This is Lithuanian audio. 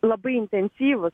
labai intensyvūs